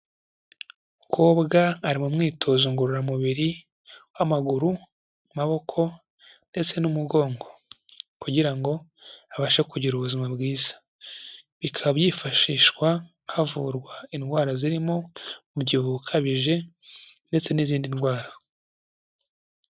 Umukobwa ari mu mwitozo ngororamubiri, w'amaguru, amaboko, ndetse n'umugongo, kugira ngo abashe kugira ubuzima bwiza, bikaba byifashishwa havurwa indwara zirimo umubyibuho ukabije, ndetse n'izindi ndwara.